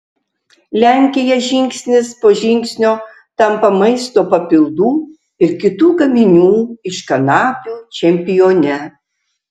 lenkija žingsnis po žingsnio tampa maisto papildų ir kitų gaminių iš kanapių čempione